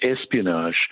espionage